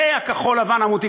זה הכחול-לבן האמיתי.